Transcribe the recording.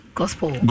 gospel